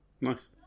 Nice